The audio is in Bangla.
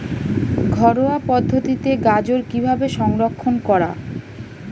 ঘরোয়া পদ্ধতিতে গাজর কিভাবে সংরক্ষণ করা?